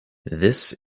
this